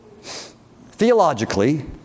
Theologically